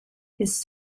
his